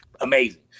amazing